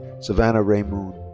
savanna rae moon.